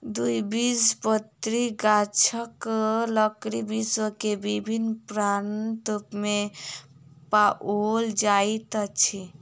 द्विबीजपत्री गाछक लकड़ी विश्व के विभिन्न प्रान्त में पाओल जाइत अछि